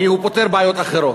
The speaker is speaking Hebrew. כי הוא פותר בעיות אחרות.